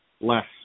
less